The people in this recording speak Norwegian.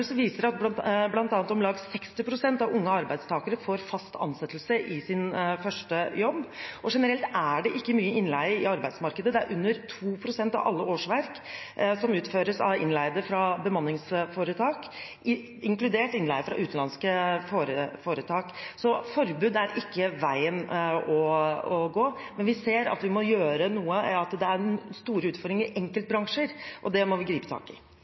om lag 60 pst. av unge arbeidstakere får fast ansettelse i sin første jobb. Generelt er det heller ikke mye innleie i arbeidsmarkedet. Det er under 2 pst. av alle årsverk som utføres av innleide fra bemanningsforetak, inkludert innleie fra utenlandske foretak. Så forbud er ikke veien å gå. Men vi ser at det er store utfordringer i enkeltbransjer, og det må vi gripe tak i.